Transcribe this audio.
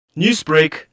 Newsbreak